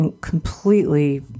completely